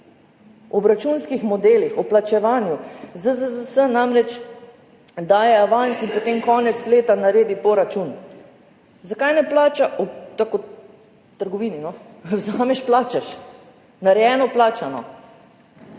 obračunskih modelih, v plačevanju. ZZZS namreč daje avans in potem konec leta naredi poračun. Zakaj ne plača tako kot v trgovini, no, vzameš, plačaš, narejeno, plačano?